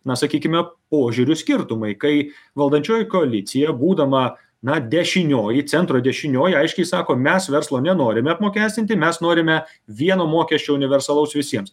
na sakykime požiūrių skirtumai kai valdančioji koalicija būdama na dešinioji centro dešinioji aiškiai sako mes verslo nenorime apmokestinti mes norime vieno mokesčio universalaus visiems